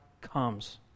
comes